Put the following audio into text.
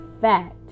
fact